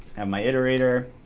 and my iterator,